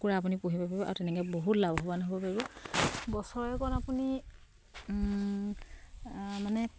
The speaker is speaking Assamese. কুকুৰা আপুনি পুহিব পাৰিব আৰু তেনেকে বহুত লাভৱান হ'ব পাৰিব বছৰেকত আপুনি মানে